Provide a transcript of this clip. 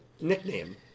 nickname